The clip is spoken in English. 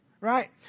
right